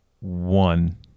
one